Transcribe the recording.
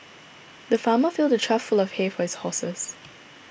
the farmer filled a trough full of hay for his horses